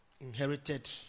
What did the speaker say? inherited